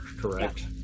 correct